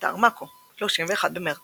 באתר מאקו, 31 במרץ